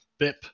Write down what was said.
BIP